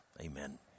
amen